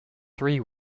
three